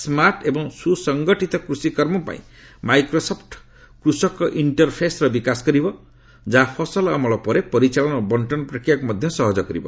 ସ୍କାର୍ଟ ଏବଂ ସ୍ୱସଙ୍ଗଠିତ କୃଷିକର୍ମ ପାଇଁ ମାଇକ୍ରୋସଫୁ କୃଷକ ଇଣ୍ଟର୍ଫେସ୍ର ବିକାଶ କରିବ ଯାହା ଫସଲ ଅମଳ ପରେ ପରିଚାଳନା ଓ ବର୍ଷନ ପ୍ରକ୍ରିୟାକୁ ମଧ୍ୟ ସହଜ କରିବ